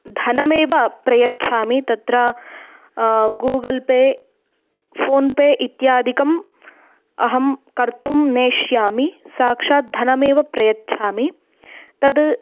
धनमेव प्रयच्छामि तत्र गूगल् पे फ़ोन् पे इत्यादिकम् अहं कर्तुं नेष्यामि साक्षात् धनमेव प्रयच्छामि तत्